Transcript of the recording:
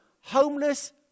homeless